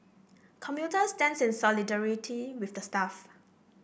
commuter stands in solidarity with the staff